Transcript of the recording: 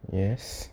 yes